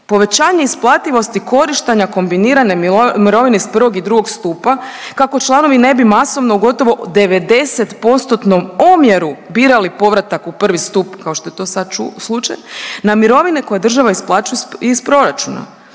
Povećanje isplativosti korištenja kombinirane mirovine iz I. i II. stupa kako članovi ne bi masovno gotovo u 90%-tnom omjeru birali povratak u prvi stup, kao što je to sad slučaj, na mirovine koje država isplaćuje iz proračuna.